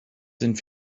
sind